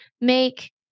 make